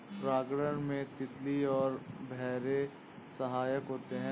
परागण में तितली और भौरे सहायक होते है